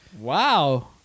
Wow